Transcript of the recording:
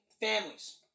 families